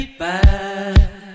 back